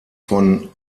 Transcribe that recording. von